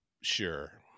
sure